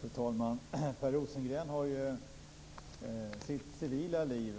Fru talman! Per Rosengren var i sitt civila liv